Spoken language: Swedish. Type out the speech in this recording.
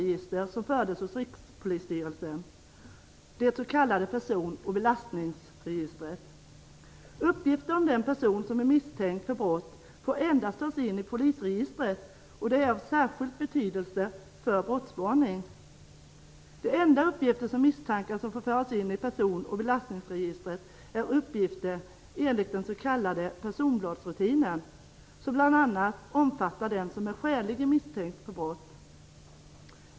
I Uppgifter om den person som är misstänkt för brott får endast tas in i polisregistret om det är av särskild betydelse för brottspaning. De enda uppgifter om misstankar som får föras in i person och belastningsregistret är uppgifter enligt den s.k. personbladsrutinen, som bl.a. omfattar den som är skäligen misstänkt för brott.